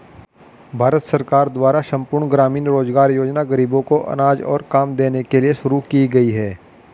भारत सरकार द्वारा संपूर्ण ग्रामीण रोजगार योजना ग़रीबों को अनाज और काम देने के लिए शुरू की गई है